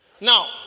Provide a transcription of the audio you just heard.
now